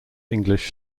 english